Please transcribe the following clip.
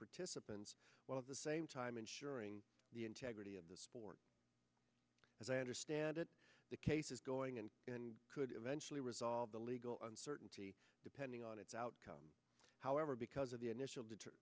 participants while the same time ensuring the integrity of the sport as i understand it the case is going and going and could eventually resolve the legal uncertainty depending on its outcome however because of the initial